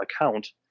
account